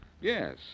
Yes